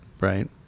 Right